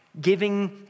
giving